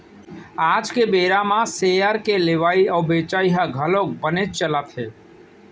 आज के बेरा म सेयर के लेवई अउ बेचई हर घलौक बनेच चलत हे